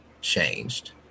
changed